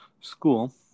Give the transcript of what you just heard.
school